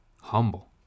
humble